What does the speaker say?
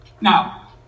Now